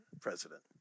president